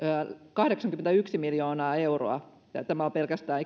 kahdeksankymmentäyksi miljoonaa euroa ja tämä on pelkästään